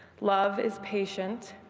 love is patient,